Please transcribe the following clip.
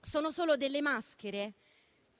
sono solo delle maschere